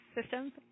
systems